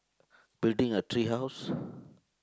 building a tree house